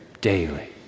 Daily